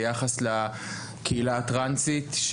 ביחס לקהילה הטרנסית.